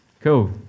Cool